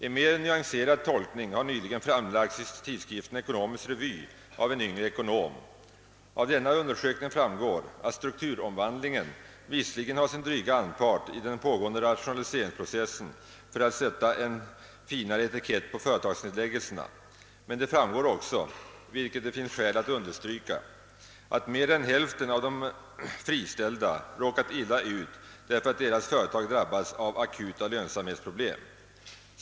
En mera nyanserad tolkning har nyligen framlagts i tidskriften Ekonomisk revy av en yngre ekonom. Av denna undersökning framgår att strukturomvandlingen visserligen har sin dryga anpart i den pågående rationaliseringsprocessen — för att sätta en finare etikett på företagsnedläggelserna — men det framgår också — vilket finns skäl att understryka — att mer än hälften av de friställda råkat illa ut därför att deras företag drabbats av »akuta lönsamhetsproblem».